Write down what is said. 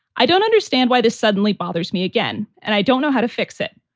i don't understand why this suddenly bothers me again and i don't know how to fix it.